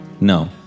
no